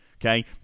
okay